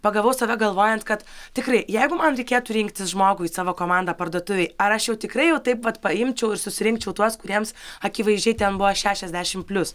pagavau save galvojant kad tikrai jeigu man reikėtų rinktis žmogų į savo komandą parduotuvėj ar aš jau tikrai jau taip vat paimčiau ir susirinkčiau tuos kuriems akivaizdžiai ten buvo šešiasdešimt plius